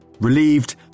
Relieved